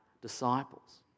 disciples